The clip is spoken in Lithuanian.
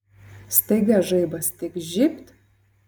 staiga žaibas tik žybt